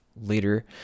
later